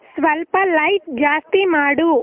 ಸ್ವಲ್ಪ ಲೈಟ್ ಜಾಸ್ತಿ ಮಾಡು